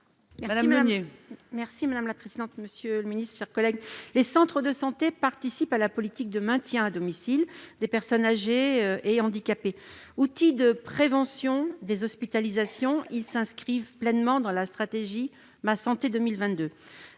Meunier, pour présenter l'amendement n° 623 rectifié. Les centres de santé participent à la politique de maintien à domicile des personnes âgées et handicapées. Outils de prévention des hospitalisations, ils s'inscrivent pleinement dans la stratégie Ma santé 2022.